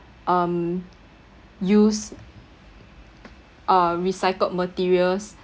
um use uh recycled materials